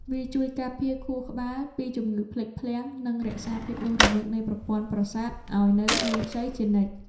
វាជួយការពារខួរក្បាលពីជំងឺភ្លេចភ្លាំង និងរក្សាភាពរស់រវើកនៃប្រព័ន្ធប្រសាទឱ្យនៅក្មេងខ្ចីជានិច្ច។